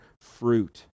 fruit